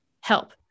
help